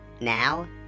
Now